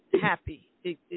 happy